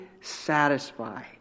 satisfy